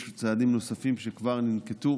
יש צעדים נוספים שכבר ננקטו